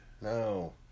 No